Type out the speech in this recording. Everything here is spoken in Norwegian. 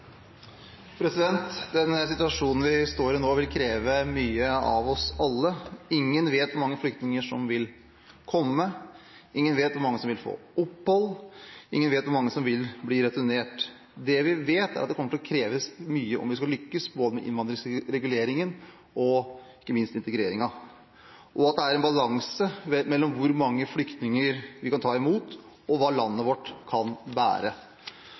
Den situasjonen vi står i nå, vil kreve mye av oss alle. Ingen vet hvor mange flyktninger som vil komme. Ingen vet hvor mange som vil få opphold. Ingen vet hvor mange som vil bli returnert. Det vi vet, er at det kommer til å kreve mye om vi skal lykkes både med innvandringsreguleringen og – ikke minst – integreringen, og at det er en balanse mellom hvor mange flyktninger vi kan ta imot, og hva landet vårt kan bære.